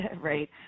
right